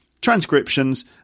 transcriptions